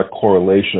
correlation